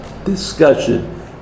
Discussion